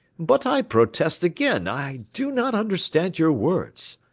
but i protest again i do not understand your words.